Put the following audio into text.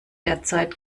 derzeit